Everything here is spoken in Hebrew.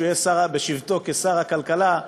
בשבתו כשר הכלכלה,